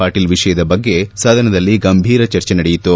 ಪಾಟೀಲ್ ವಿಷಯದ ಬಗ್ಗೆ ಸದನದಲ್ಲಿ ಗಂಭೀರ ಚರ್ಚೆ ನಡೆಯಿತು